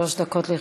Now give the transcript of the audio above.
שלוש דקות לרשותך.